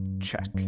check